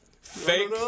fake